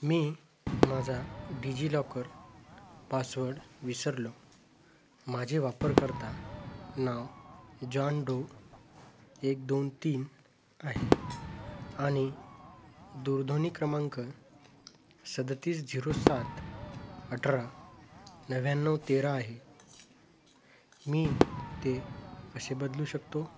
मी माझा डिजिलॉकर पासवर्ड विसरलो माझे वापरकर्ता नाव जॉन डो एक दोन तीन आहे आणि दूरध्वनी क्रमांक सदतीस झिरो सात अठरा नव्याण्णव तेरा आहे मी ते कसे बदलू शकतो